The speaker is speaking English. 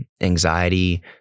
anxiety